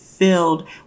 filled